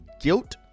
guilt